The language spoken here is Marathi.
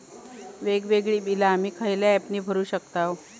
वेगवेगळी बिला आम्ही खयल्या ऍपने भरू शकताव?